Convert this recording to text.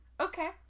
Okay